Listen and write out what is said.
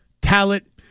talent